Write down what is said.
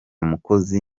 mukozi